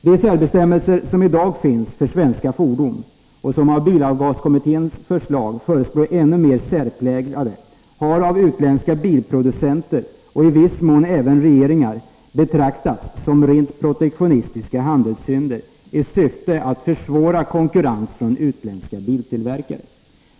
De särbestämmelser som i dag finns för svenska fordon, och som av bilavgaskommitténs förslag före ås bli ännu mer särpräglade, har av utländska bilproducenter — och i viss mån även av regeringar — betrakta 5 som rent protektionistiska handelshinder i syfte att försvåra konkurrens från utländska biltillverkare.